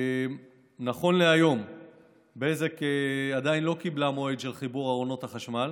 נכון להיום בזק עדיין לא קיבלה מועד לחיבור של ארונות החשמל.